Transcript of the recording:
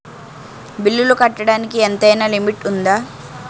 బిల్లులు కట్టడానికి ఎంతైనా లిమిట్ఉందా?